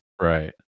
Right